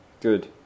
Good